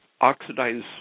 oxidize